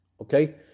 Okay